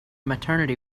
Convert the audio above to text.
maternity